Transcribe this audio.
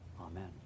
Amen